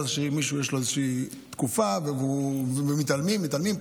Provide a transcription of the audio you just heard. אולי למישהו יש איזה תקופה ומתעלמים ומתעלמים,